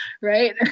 right